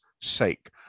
sake